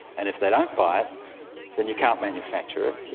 and if they don't buy it then you can't manufacture it,